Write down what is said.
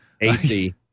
AC